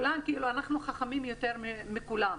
אנחנו חכמים יותר מכולם.